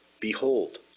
Behold